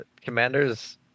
Commander's